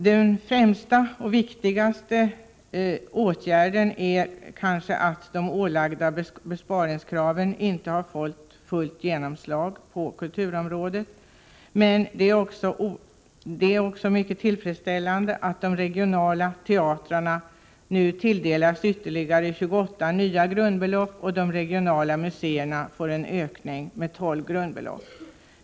Den främsta och viktigaste åtgärden är kanske att de ålagda besparingskraven inte har fått fullt genomslag på kulturområdet. Men det är också mycket tillfredsställande att de regionala teatrarna nu tilldelas ytterligare 28 grundbelopp och att de regionala museerna får en ökning med 12 grundbelopp.